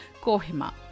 Kohima